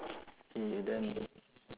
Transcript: K you're done